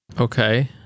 Okay